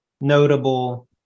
notable